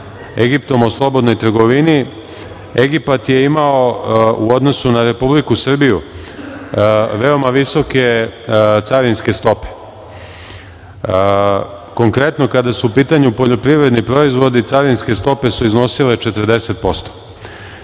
Egiptom o slobodnoj trgovini, Egipat je imao, u odnosu na Republiku Srbiju, veoma visoke carinske stope. Konkretno, kada su u pitanju poljoprivredni proizvodi, carinske stope su iznosile 40%.